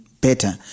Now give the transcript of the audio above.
better